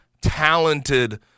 talented